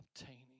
obtaining